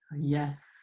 Yes